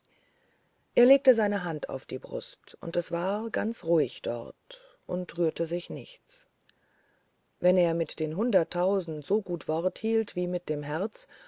er legte seine hand auf die brust und es war ganz ruhig dort und rührte sich nichts wenn er mit den hunderttausenden so gut wort hielt wie mit dem herz